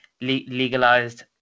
legalized